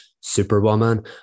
Superwoman